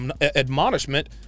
admonishment